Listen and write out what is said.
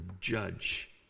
judge